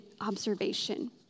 observation